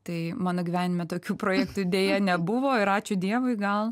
tai mano gyvenime tokių projektų deja nebuvo ir ačiū dievui gal